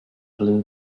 blue